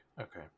Okay